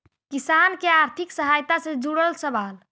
किसान के आर्थिक सहायता से जुड़ल सवाल?